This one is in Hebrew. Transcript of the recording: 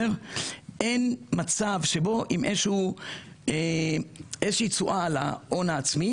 אין מצב שבו עם איזושהי תשואה על ההון העצמי